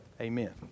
Amen